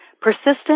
persistent